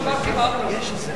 דיברתי עם אמנון.